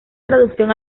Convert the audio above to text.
traducción